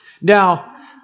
Now